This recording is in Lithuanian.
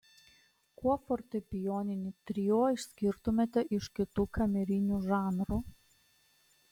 kuo fortepijoninį trio išskirtumėte iš kitų kamerinių žanrų